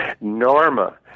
Norma